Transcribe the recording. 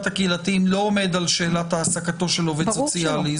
הקהילתיים לא עומד על שאלת העסקתו של עובד סוציאלי.